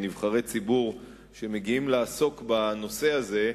נבחרי ציבור שמגיעים לעסוק בנושא הזה,